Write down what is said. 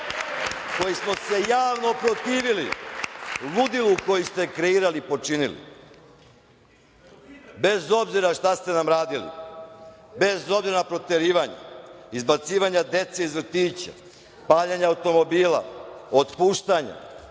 koji smo se javno protivili ludilu koji ste kreirali i počinili. Bez obzira šta ste nam radili, bez obzira na proterivanja, izbacivanja dece iz vrtića, paljenja automobila, otpuštanja,